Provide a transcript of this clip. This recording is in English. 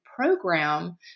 program